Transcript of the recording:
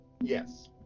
Yes